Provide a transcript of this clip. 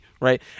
right